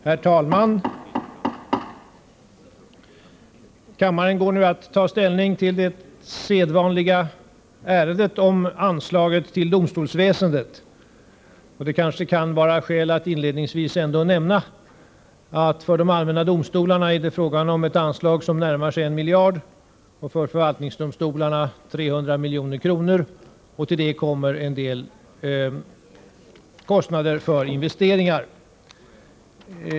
Herr talman! Kammaren går nu att ta ställning till det sedvanliga ärendet om anslag till domstolsväsendet. Det kanske kan finnas skäl att inledningsvis ändå nämna att det för de allmänna domstolarna är fråga om ett anslag som närmar sig 1 miljard kronor, medan anslaget till de allmänna förvaltningsdomstolarna uppgår till ca 300 milj.kr. Till detta kommer en del kostnader för investeringar.